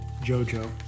Jojo